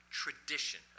tradition